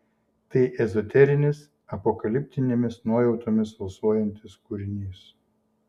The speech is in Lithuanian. tai ezoterinis apokaliptinėmis nuojautomis alsuojantis kūrinys